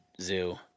Zoo